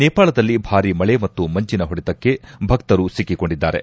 ನೇಪಾಳದಲ್ಲಿ ಭಾರಿ ಮಳೆ ಮತ್ತು ಮಂಜನ ಹೊಡೆತಕ್ಕೆ ಭಕ್ತರು ಸಿಕ್ಕೊಂಡಿದ್ದಾರೆ